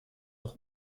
auch